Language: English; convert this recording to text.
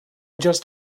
just